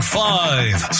five